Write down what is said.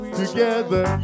together